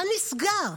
מה נסגר?